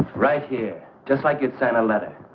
right here just like you sent a letter.